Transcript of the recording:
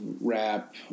rap